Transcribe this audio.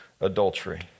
Adultery